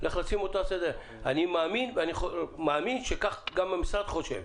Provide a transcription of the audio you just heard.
ואני מאמין שכך גם המשרד חושב.